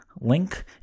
link